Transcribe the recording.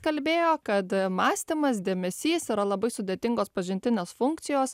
kalbėjo kad mąstymas dėmesys yra labai sudėtingos pažintinės funkcijos